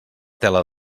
tela